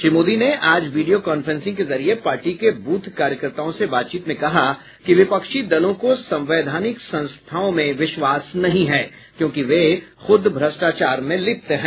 श्री मोदी ने आज video conferencing के जरिए पार्टी के बूथ कार्यकर्ताओं से बातचीत में कहा कि विपक्षी दलों को संवैधानिक संस्थाओं में विश्वास नहीं है क्योंकि वे खूद भ्रष्टाचार में लिप्त हैं